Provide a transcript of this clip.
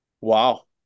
wow